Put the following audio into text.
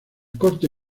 corte